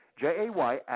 J-A-Y